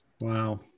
Wow